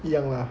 一样啦